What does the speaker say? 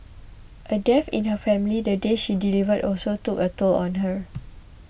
a death in her family the day she delivered also took a toll on her